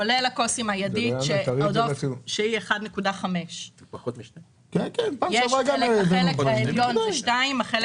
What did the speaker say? כולל הכוס עם הידית שהיה 1.5. העליון זה 2 והחלק